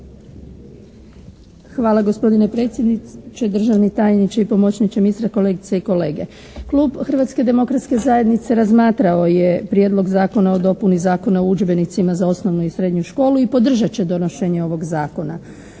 Hvala. Gospodine predsjedniče, državni tajniče, pomoćniče ministra, kolegice i kolege! Klub Hrvatske demokratske zajednice razmatrao je Prijedlog zakona o dopuni Zakona o udžbenicima za osnovnu i srednju školu i podržat će donošenje ovog zakona.